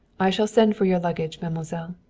i shall send for your luggage, mademoiselle.